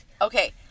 Okay